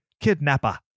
kidnapper